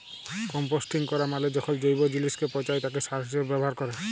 composting ক্যরা মালে যখল জৈব জিলিসকে পঁচায় তাকে সার হিসাবে ব্যাভার ক্যরে